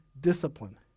discipline